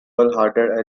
harder